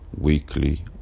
weekly